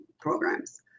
programs